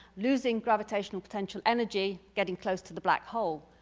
losing gravitational potential energy. getting close to the black hole.